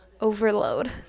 overload